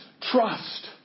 trust